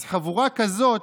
אז חבורה כזאת,